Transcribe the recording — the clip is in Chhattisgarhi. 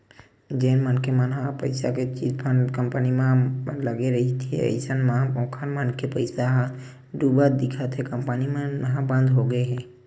जेन मनखे मन के पइसा ह चिटफंड कंपनी मन म लगे रिहिस हे अइसन म ओखर मन के पइसा ह डुबत दिखत हे कंपनी मन ह बंद होगे हे